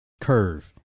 curve